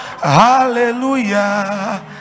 Hallelujah